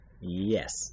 yes